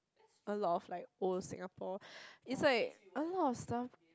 a lot of like old Singapore it's like a lot of stuff